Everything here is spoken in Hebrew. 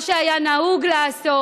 מה שהיה נהוג לעשות,